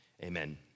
Amen